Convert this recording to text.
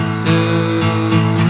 twos